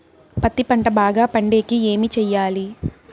పత్తి పంట బాగా పండే కి ఏమి చెయ్యాలి?